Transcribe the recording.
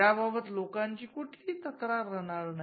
त्या बाबत लोकांची कुठलीही तक्रार राहणार नाही